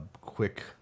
quick